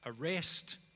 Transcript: arrest